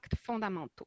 fondamentaux